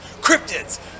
cryptids